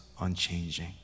unchanging